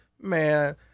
man